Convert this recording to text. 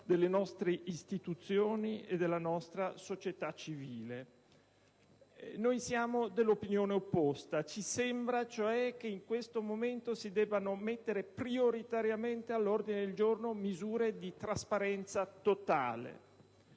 delle nostre istituzioni e della nostra società civile. Noi siamo dell'opinione opposta, ci sembra cioè che in questo momento si debbano mettere prioritariamente all'ordine del giorno misure di trasparenza totale.